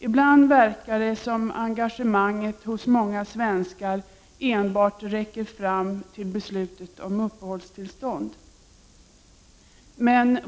Ibland verkar det som om engagemanget hos många svenskar enbart räckte fram till beslutet om uppehållstillstånd.